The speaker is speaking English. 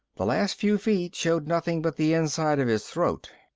the last few feet showed nothing but the inside of his throat.